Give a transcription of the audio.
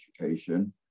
education